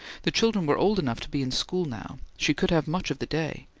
the children were old enough to be in school now, she could have much of the day,